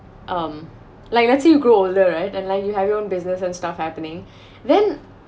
um like let's say you grow older right and like you have your own business and stuff happening then